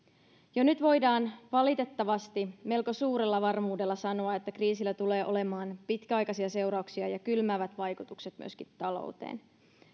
jo nyt voidaan valitettavasti melko suurella varmuudella sanoa että kriisillä tulee olemaan pitkäaikaisia seurauksia ja kylmäävät vaikutukset myöskin talouteen